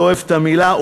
לא אוהב את המילה,